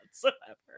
whatsoever